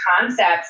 concepts